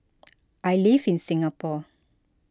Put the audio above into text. I live in Singapore